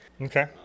Okay